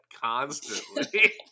constantly